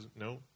No